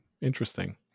interesting